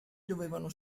dovevano